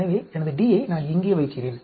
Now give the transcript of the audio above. எனவே எனது D யை நான் இங்கே வைக்கிறேன்